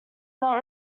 not